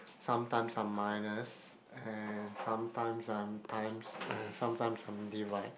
sometimes some minus and sometimes sometimes and sometimes some divide